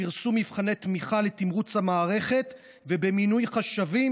בפרסום מבחני תמיכה לתמרוץ המערכת ובמינוי חשבים